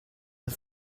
has